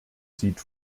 sieht